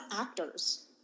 actors